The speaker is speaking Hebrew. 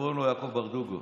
קוראים לו יעקב ברדוגו.